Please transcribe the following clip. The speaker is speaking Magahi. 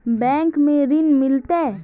बैंक में ऋण मिलते?